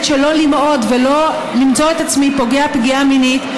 שלא למעוד ולא למצוא את עצמי פוגע פגיעה מינית,